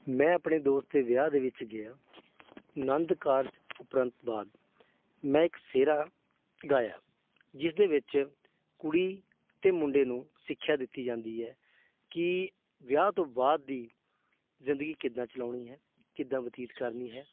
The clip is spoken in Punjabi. ਮੈਂ ਆਪਣੇ ਦੋਸਤ ਦੇ ਵਿਆਹ ਦੇ ਵਿੱਚ ਗਿਆ ਆਨੰਦ ਕਾਰਜ ਉਪਰੰਤ ਬਾਅਦ ਮੈਂ ਇੱਕ ਸਿਹਰਾ ਗਾਇਆ ਜਿਸ ਦੇ ਵਿੱਚ ਕੁੜੀ ਅਤੇ ਮੁੰਡੇ ਨੂੰ ਸਿੱਖਿਆ ਦਿੱਤੀ ਜਾਂਦੀ ਹੈ ਕਿ ਵਿਆਹ ਤੋਂ ਬਾਅਦ ਦੀ ਜ਼ਿੰਦਗੀ ਕਿੱਦਾਂ ਚਲਾਉਣੀ ਹੈ ਕਿੱਦਾਂ ਬਤੀਤ ਕਰਨੀ ਹੈ